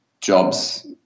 jobs